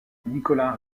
nicolas